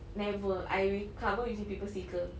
never I will cover using pimple sticker